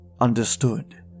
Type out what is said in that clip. understood